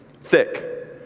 Thick